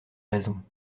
raisons